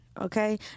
Okay